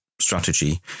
strategy